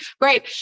great